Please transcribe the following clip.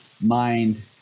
mind